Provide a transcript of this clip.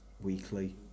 weekly